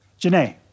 Janae